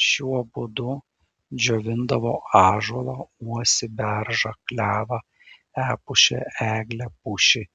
šiuo būdu džiovindavo ąžuolą uosį beržą klevą epušę eglę pušį